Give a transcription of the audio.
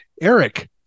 Eric